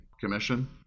commission